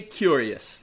curious